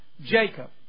Jacob